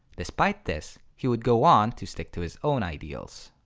despite this, he would go on to stick to his own ideals.